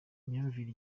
imyumvire